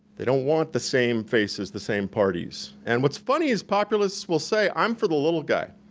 they don't want the same faces, the same parties. and what's funny is populists will say i'm for the little guy.